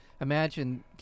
imagine